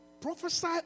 Prophesy